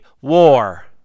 war